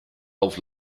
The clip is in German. auf